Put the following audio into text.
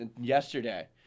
yesterday